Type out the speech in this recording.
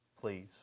please